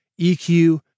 EQ